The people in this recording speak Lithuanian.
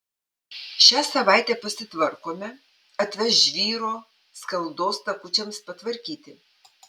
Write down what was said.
šią savaitę pasitvarkome atveš žvyro skaldos takučiams patvarkyti